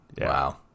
Wow